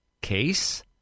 case